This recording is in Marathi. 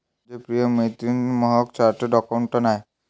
माझी प्रिय मैत्रीण महक चार्टर्ड अकाउंटंट आहे